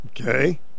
Okay